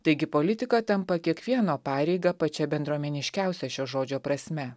taigi politika tampa kiekvieno pareiga pačia bendruomeniškiausia šio žodžio prasme